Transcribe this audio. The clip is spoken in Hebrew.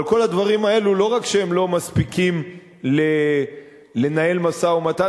אבל הדברים האלו לא רק שהם לא מספיקים לנהל משא-ומתן,